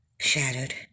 Shattered